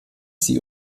sie